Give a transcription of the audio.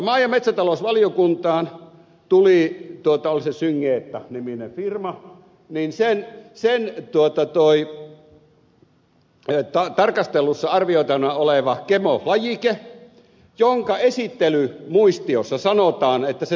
maa ja metsätalousvaliokuntaan tuli totaalisen singer niminen firma niin esittely syngenta nimisen firman tarkastelussa arvioitavana olevasta gemolajikkeesta ja esittelymuistiossa sanotaan että se tappaa kovakuoriaisia